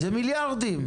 זה מיליארדים.